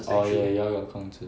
oh ya ya y'all got 孔子